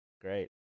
Great